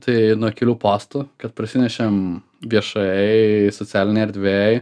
tai nuo kelių postų kad parsinešėm viešai socialinėj erdvėj